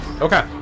Okay